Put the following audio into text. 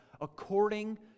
according